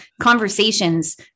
conversations